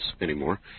anymore